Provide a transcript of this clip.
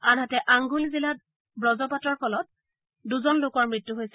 আনহাতে আংণুল জিলাত ৱজপাতৰ ফলত দুজন লোকৰ মৃত্যু হৈছে